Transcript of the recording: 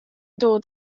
dod